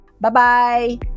Bye-bye